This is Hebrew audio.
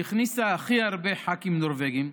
שהכניסה הכי הרבה ח"כים נורבגיים,